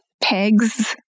Pegs